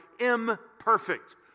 imperfect